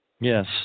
Yes